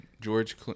george